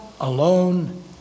alone